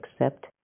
accept